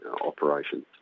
operations